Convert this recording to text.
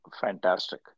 fantastic